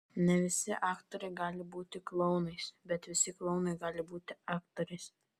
ne visi aktoriai gali būti klounais bet visi klounai gali būti aktoriais